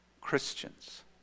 Christians